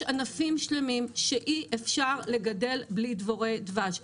יש ענפים שלמים שאי אפשר לגדל בלי דבורי דבש.